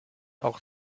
auch